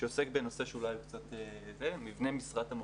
ו"אופק חדש", זה מבנה חלוקת השעות לאורך השבוע של